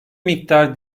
miktar